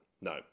No